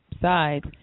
sides